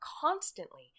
constantly